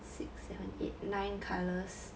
six seven eight nine colours